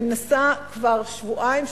אני מנסה כבר שבועיים,